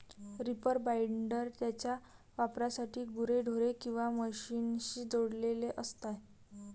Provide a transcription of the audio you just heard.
reaper binder त्याच्या वापरासाठी गुरेढोरे किंवा मशीनशी जोडलेले असते